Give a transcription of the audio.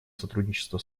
сотрудничество